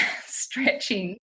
stretching